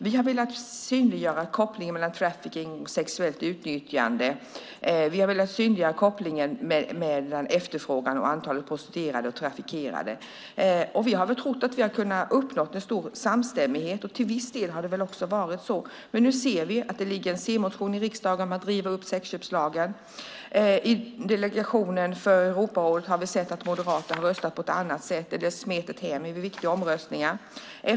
Vi har velat synliggöra kopplingen mellan trafficking och sexuellt utnyttjande och mellan efterfrågan och antalet prostituerade och offer för trafficking. Vi har trott att vi har uppnått en stor samstämmighet, och till viss del har det varit så, men nu ligger det en c-motion i riksdagen om att riva upp sexköpslagen. I delegationen till Europarådet har vi sett att Moderaterna röstat på ett annat sätt eller smitit hem vid viktiga omröstningar.